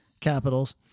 capitals